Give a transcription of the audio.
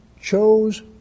chose